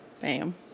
Bam